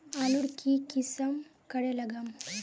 आलूर की किसम करे लागम?